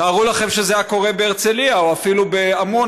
תארו לכם שזה היה קורה בהרצליה, או אפילו בעמונה.